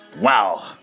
Wow